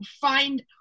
find